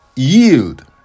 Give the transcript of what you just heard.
yield